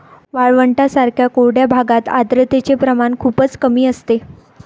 वाळवंटांसारख्या कोरड्या भागात आर्द्रतेचे प्रमाण खूपच कमी असते